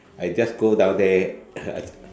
I just go down there